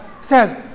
says